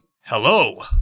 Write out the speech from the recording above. Hello